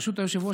ברשות היושב-ראש,